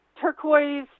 turquoise